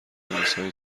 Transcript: اقیانوسها